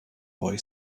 boy